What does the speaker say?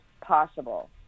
possible